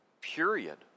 period